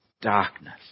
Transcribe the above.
darkness